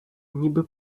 ніби